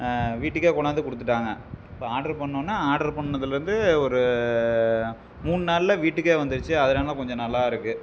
வீட்டுக்கே கொண்ணாந்து கொடுத்துட்டாங்க இப்போ ஆட்ரு பண்ணோம்னா ஆட்ரு பண்ணதில் இருந்து ஒரு மூணு நாள்ல வீட்டுக்கே வந்திருச்சு அதனால்தான் கொஞ்சம் நல்லா இருக்குது